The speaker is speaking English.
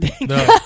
No